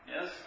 Yes